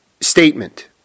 statement